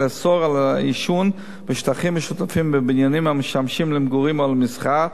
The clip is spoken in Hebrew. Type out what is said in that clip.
ולאסור עישון בשטחים משותפים בבניינים המשמשים למגורים או למסחר,